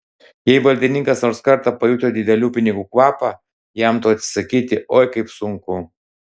jei valdininkas nors kartą pajuto didelių pinigų kvapą jam to atsisakyti oi kaip sunku